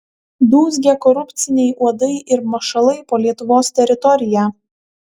dūzgia korupciniai uodai ir mašalai po lietuvos teritoriją